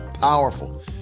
Powerful